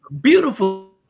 beautiful